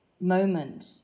moment